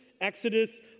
Exodus